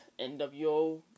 NWO